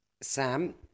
Sam